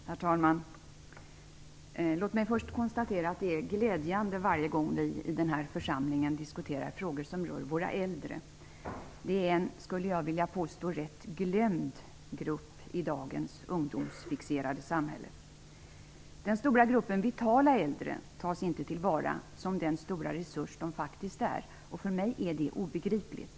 Herr talman! Låt mig först konstatera att det är glädjande varje gång som vi i den här församlingen diskuterar frågor som rör de äldre. Jag skulle vilja påstå att det är en rätt glömd grupp i dagens ungdomsfixerade samhälle. Den stora gruppen vitala äldre tas inte till vara som den stora resurs som den faktiskt är. För mig är detta obegripligt.